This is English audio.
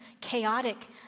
chaotic